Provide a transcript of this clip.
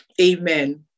amen